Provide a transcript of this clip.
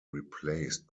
replaced